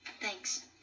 Thanks